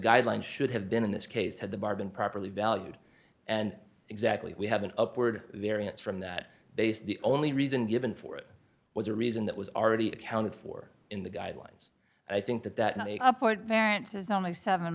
guidelines should have been in this case had the bar been properly valued and exactly if we have an upward variance from that base the only reason given for it was a reason that was already accounted for in the guidelines i think that that upward parent is only seven